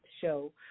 show